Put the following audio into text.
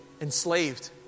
enslaved